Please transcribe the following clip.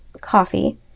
coffee